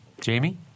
Jamie